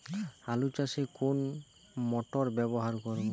আলু চাষে কোন মোটর ব্যবহার করব?